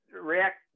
react